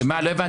לא הבנתי.